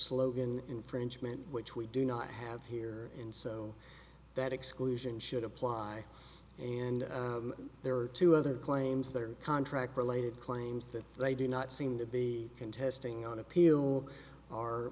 slogan infringement which we do not have here and so that exclusion should apply and there are two other claims that are contract related claims that they do not seem to be contesting on appeal are